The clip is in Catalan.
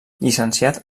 llicenciat